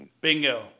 Bingo